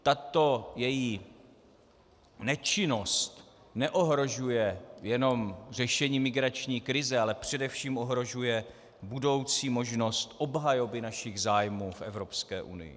Tato její nečinnost neohrožuje jenom řešení migrační krize, ale především ohrožuje budoucí možnost obhajoby našich zájmů v Evropské unii.